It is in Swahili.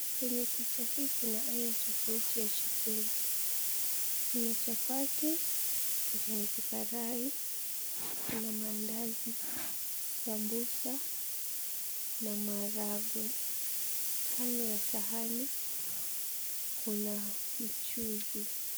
Kwenye picha hii kuna aina tofauti ya chakula. Kuna chapati, viazi karai, kuna maandazi, sambusa na maragwe. Kando ya sahani kuna mchuzi.